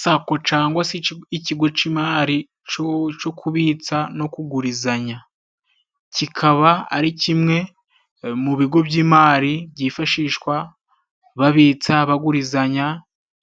Sako cangwa se ikigo c'imari co kubitsa no kugurizanya. Kikaba ari kimwe mu bigo by'imari byifashishwa babitsa, bagurizanya